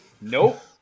Nope